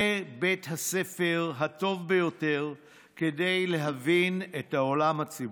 זה בית הספר הטוב ביותר כדי להבין את העולם הציבורי.